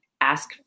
ask